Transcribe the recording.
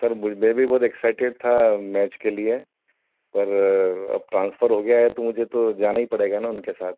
sir Gurdev भी बहुत excited था मैच के लिए पर अब ट्रांसफर हो गया है तो मुझे तो जाना ही पड़ेगा ना उनके साथ